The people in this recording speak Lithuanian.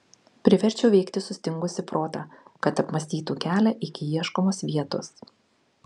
priverčiau veikti sustingusį protą kad apmąstytų kelią iki ieškomos vietos